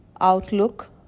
outlook